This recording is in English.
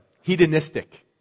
hedonistic